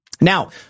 Now